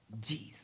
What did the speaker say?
Jesus